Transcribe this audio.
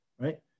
right